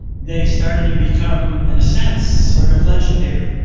they started to become in a sense, sort of legendary.